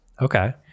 okay